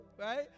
right